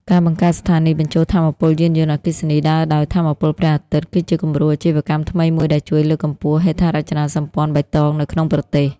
ការបង្កើតស្ថានីយបញ្ចូលថាមពលយានយន្តអគ្គិសនីដើរដោយថាមពលព្រះអាទិត្យ គឺជាគំរូអាជីវកម្មថ្មីមួយដែលជួយលើកកម្ពស់ហេដ្ឋារចនាសម្ព័ន្ធបៃតងនៅក្នុងប្រទេស។